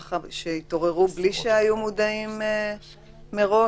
שהתעוררו בלי שהייתה על זה ידיעה מראש?